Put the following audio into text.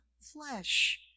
flesh